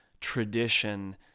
Tradition